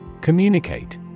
Communicate